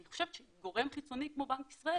אז אני חושבת שגורם חיצוני כמו בנק ישראל,